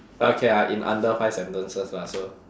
okay ya in under five sentences lah so